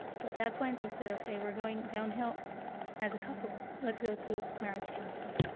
so at that point i said, ok, we're going downhill as a couple. let's go to marriage counseling.